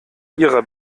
ihrer